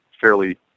fairly